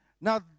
Now